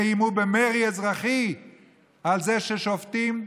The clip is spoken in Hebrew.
ומאיימים במרי אזרחי על זה ששופטים,